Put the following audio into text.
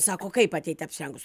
sako kaip ateit apsirengus